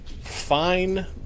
fine